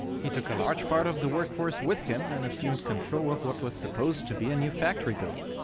he took a large part of the workforce with him, and assumed control of what was supposed to be a new factory building.